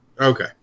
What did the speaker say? Okay